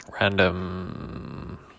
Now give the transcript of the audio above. random